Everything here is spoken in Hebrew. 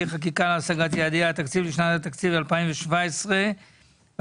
חקיקה להשגת יעדי התקציב לשנת התקציב 2017 ו-2018)